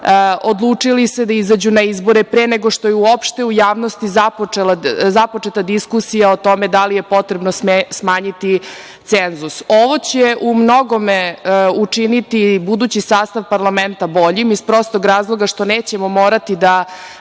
odlučila da izađe na izbore pre nego što je uopšte u javnosti započeta diskusija o tome da li je potrebno smanjiti cenzus. Ovo će u mnogome učiniti budući sastav parlamenta boljim iz razloga što nećemo morati da